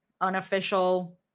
unofficial